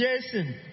Jason